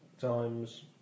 times